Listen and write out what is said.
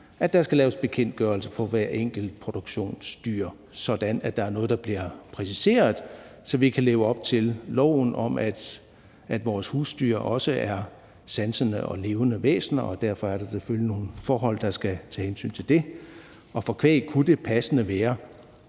at der skal laves bekendtgørelser for hvert enkelt produktionsdyr, sådan at der er noget, der bliver præciseret, så vi kan leve op til loven om, at vores husdyr også er sansende og levende væsener. Og derfor er der selvfølgelig nogle forhold, der skal tage hensyn til det, og for kvæg kunne det passende være,